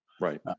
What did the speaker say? Right